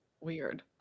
weird